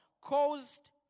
caused